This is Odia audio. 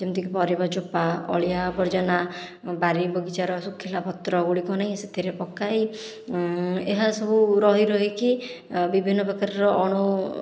ଯେମିତି କି ପରିବା ଚୋପା ଅଳିଆ ଆବର୍ଜନା ବାରିବଗିଚାର ଶୁଖିଲା ପତ୍ର ଗୁଡ଼ିକୁ ନେଇ ସେଥିରେ ପକାଇ ଏହା ସବୁ ରହି ରହିକି ବିଭିନ୍ନ ପ୍ରକାରର ଅଣୁ